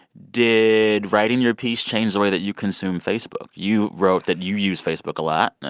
did writing your piece change the way that you consume facebook? you wrote that you use facebook a lot.